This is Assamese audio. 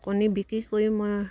কণী বিক্ৰী কৰি মই